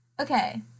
Okay